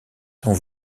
sans